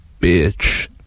bitch